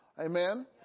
Amen